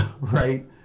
right